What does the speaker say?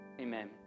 Amen